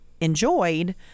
enjoyed